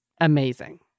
amazing